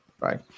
right